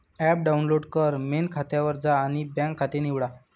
app download कर, main खात्यावर जा आणि बँक खाते निवडा